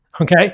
okay